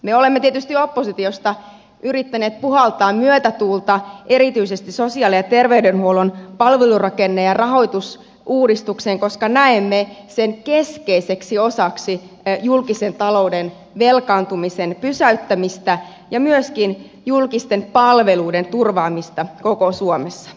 me olemme tietysti oppositiosta yrittäneet puhaltaa myötätuulta erityisesti sosiaali ja terveydenhuollon palvelurakenne ja rahoitusuudistukseen koska näemme sen keskeiseksi osaksi julkisen talouden velkaantumisen pysäyttämistä ja myöskin julkisten palveluiden turvaamista koko suomessa